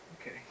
Okay